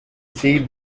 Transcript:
see